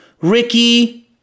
Ricky